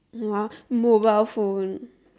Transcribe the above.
!wow! mobile phone